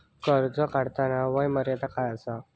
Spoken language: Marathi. कर्ज काढताना वय मर्यादा काय आसा?